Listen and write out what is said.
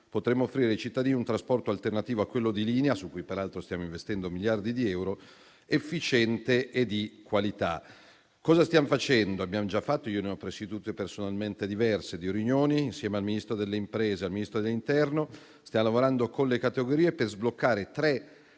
potremo offrire ai cittadini un trasporto alternativo a quello di linea - su cui peraltro stiamo investendo miliardi di euro - efficiente e di qualità. Abbiamo già fatto - ne ho presiedute personalmente diverse - delle riunioni insieme al Ministro delle imprese e al Ministro dell'interno; stiamo lavorando con le categorie per sbloccare tre